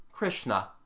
Krishna